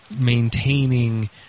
maintaining